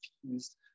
confused